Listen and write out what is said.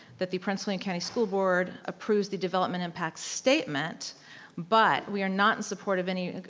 that the prince william county school board approves the development impact statement but we are not in support of any,